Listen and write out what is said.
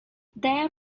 their